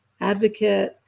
advocate